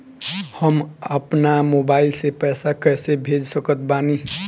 हम अपना मोबाइल से पैसा कैसे भेज सकत बानी?